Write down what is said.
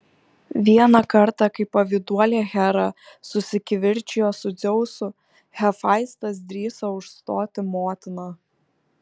vieną kartą kai pavyduolė hera susikivirčijo su dzeusu hefaistas drįso užstoti motiną